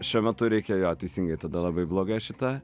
šiuo metu reikia jo teisingai tada labai bloga šita